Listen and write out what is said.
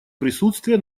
присутствие